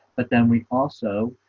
but then we also